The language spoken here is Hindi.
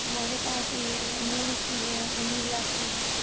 हमारे पास ये है अमूल की है वनीला की है